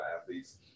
athletes